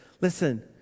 listen